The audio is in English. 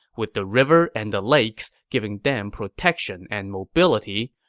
with the river and the lakes giving them protection and mobility,